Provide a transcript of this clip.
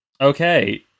Okay